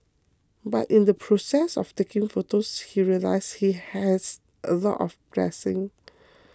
but in the process of taking photos he realised he had a lot of blessings